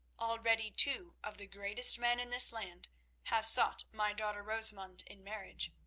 already two of the greatest men in this land have sought my daughter rosamund in marriage?